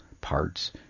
parts